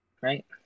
right